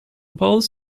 both